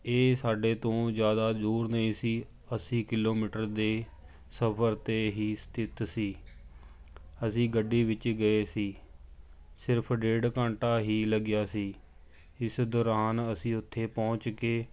ਇਹ ਸਾਡੇ ਤੋਂ ਜ਼ਿਆਦਾ ਦੂਰ ਨਹੀਂ ਸੀ ਅੱਸੀ ਕਿਲੋਮੀਟਰ ਦੇ ਸਫ਼ਰ 'ਤੇ ਹੀ ਸਥਿਤ ਸੀ ਅਸੀਂ ਗੱਡੀ ਵਿੱਚ ਗਏ ਸੀ ਸਿਰਫ਼ ਡੇਢ ਘੰਟਾ ਹੀ ਲੱਗਿਆ ਸੀ ਇਸ ਦੌਰਾਨ ਅਸੀਂ ਉੱਥੇ ਪਹੁੰਚ ਕੇ